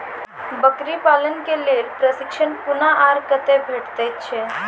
बकरी पालन के लेल प्रशिक्षण कूना आर कते भेटैत छै?